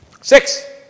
Six